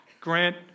Grant